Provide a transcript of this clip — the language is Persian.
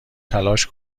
تلاش